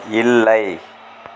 இல்லை